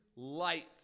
Light